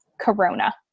corona